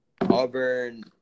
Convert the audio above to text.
Auburn